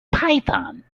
python